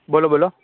બોલો બોલો